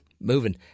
moving